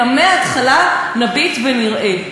אלא מההתחלה נביט ונראה.